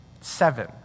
Seven